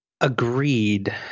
Agreed